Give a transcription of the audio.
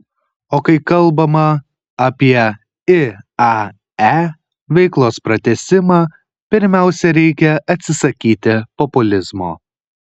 o kai kalbama apie iae veiklos pratęsimą pirmiausia reikia atsisakyti populizmo